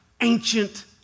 ancient